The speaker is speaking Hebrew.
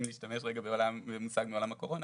אם נשתמש רגע במושג מעולם הקורונה,